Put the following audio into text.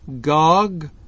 Gog